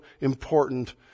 important